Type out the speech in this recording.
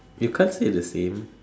you can't say the same